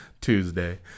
tuesday